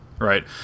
right